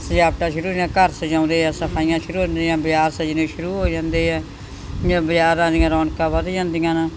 ਸਜਾਵਟਾਂ ਸ਼ੁਰੂ ਹੋ ਘਰ ਸਜਾਉਂਦੇ ਆ ਸਫਾਈਆਂ ਸ਼ੁਰੂ ਹੁੰਦੀਆਂ ਬਜ਼ਾਰ ਸੱਜਣੇ ਸ਼ੁਰੂ ਹੋ ਜਾਂਦੇ ਆ ਜਾਂ ਬਜ਼ਾਰਾਂ ਦੀਆਂ ਰੌਣਕਾਂ ਵਧ ਜਾਂਦੀਆਂ ਹਨ